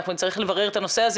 אנחנו נצטרך לברר את הנושא הזה.